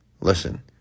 listen